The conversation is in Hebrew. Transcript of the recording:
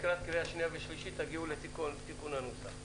לקראת שנייה ושלישית תגיעו לתיקון של הנוסח.